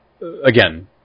Again